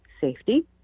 safety